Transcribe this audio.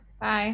bye